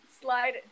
slide